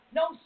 no